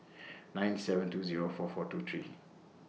nine seven two Zero four four two three